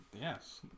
Yes